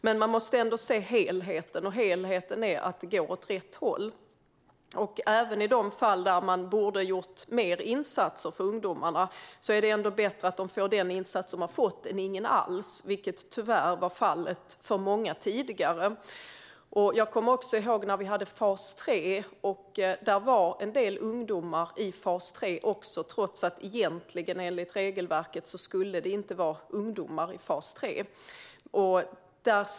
Men man måste ändå se helheten, och helheten är att det går åt rätt håll. Även om man i en del fall borde ha gjort mer insatser för ungdomarna är det ändå bättre att de har fått den insats de har fått än ingen alls, vilket tyvärr var fallet för många tidigare. Jag kommer ihåg när vi hade fas 3. Det var också en del ungdomar i fas 3, trots att det enligt regelverket inte skulle vara ungdomar i fas 3.